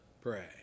pray